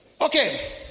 Okay